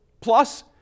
plus